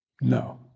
no